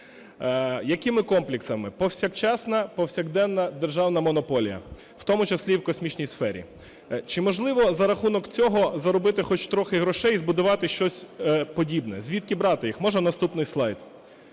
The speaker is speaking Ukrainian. Якими комплексами? Повсякчасна, повсякденна державна монополія, в тому числі і в космічній сфері. Чи можливо за рахунок цього заробити хоч трохи грошей і збудувати щось подібне, звідки брати їх? Можна наступний слайд.